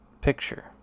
picture